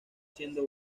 siendo